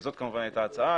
זאת כמובן הייתה ההצעה.